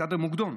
אלכסנדר מוקדון,